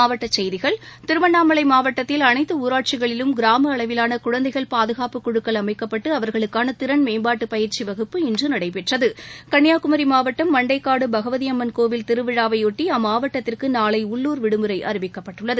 மாவட்ட செய்திகள் திருவண்ணாமலை மாவட்டத்தில் அனைத்து ஊராட்சிகளிலும் கிராம அளவிலான குழந்தைகள் பாதுகாப்பு குழுக்கள் அமைக்கப்பட்டு அவர்களுக்கான திறன் மேம்பாட்டு பயிற்சி வகுப்பு இன்று நடைபெற்றது கள்ளியாகுமரி மாவட்டம் மண்டைக்காடு பகவதியம்மன் கோவில் திருவிழாவைபொட்டி அம்மாவட்டத்திற்கு நாளை உள்ளூர் விடுமுறை அறிவிக்கப்பட்டுள்ளது